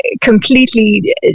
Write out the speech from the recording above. completely